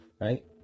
Right